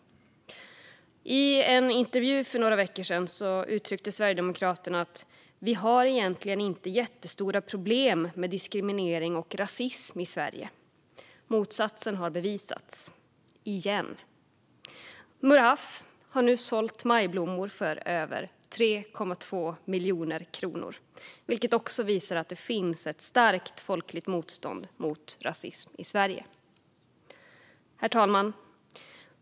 I en intervju för några veckor sedan uttryckte Sverigedemokraterna att vi egentligen inte har jättestora problem med diskriminering och rasism i Sverige. Motsatsen har bevisats - igen. Murhaf har nu sålt majblommor för över 3,2 miljoner kronor, vilket också visar att det finns ett starkt folkligt motstånd mot rasism i Sverige. Herr talman!